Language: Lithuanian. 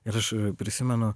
ir aš prisimenu